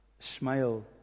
smile